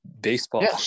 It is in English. Baseball